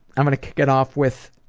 i'm gonna kick it off with